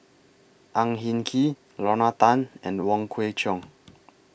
Ang Hin Kee Lorna Tan and Wong Kwei Cheong